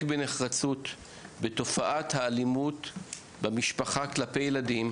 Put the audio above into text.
בנחרצות בתופעת האלימות במשפחה כלפי ילדים,